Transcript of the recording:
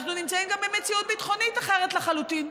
אנחנו נמצאים גם במציאות ביטחונית אחרת לחלוטין.